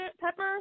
Pepper